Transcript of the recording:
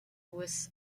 with